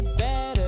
better